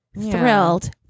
thrilled